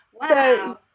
Wow